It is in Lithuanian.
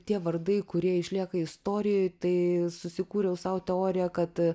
tie vardai kurie išlieka istorijoj tai susikūriau sau teoriją kad